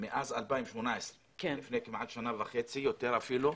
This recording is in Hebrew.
מאז 2018, לפני כמעט שנה וחצי ואפילו יותר.